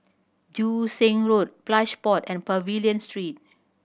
Joo Seng Road Plush Pods and Pavilion Street